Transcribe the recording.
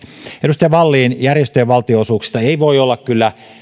edustaja wallin järjestöjen valtionosuuksista ei voi olla kyllä